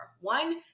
One